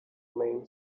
main